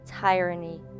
tyranny